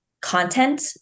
content